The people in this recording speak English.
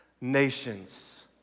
nations